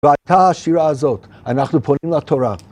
ואתה השירה הזאת, אנחנו פונים לתורה.